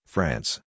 France